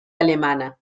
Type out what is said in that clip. alemana